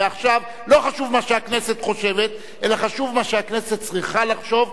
ומעכשיו לא חשוב מה שהכנסת חושבת אלא חשוב מה שהכנסת צריכה לחשוב,